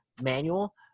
manual